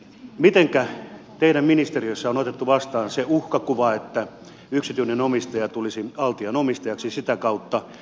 mitenkä teidän ministeriössänne on otettu vastaan se uhkakuva että yksityinen omistaja tulisi altian omistajaksi sitä kautta